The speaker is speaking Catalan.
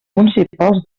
municipals